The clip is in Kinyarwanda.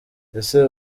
ese